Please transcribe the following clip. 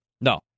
No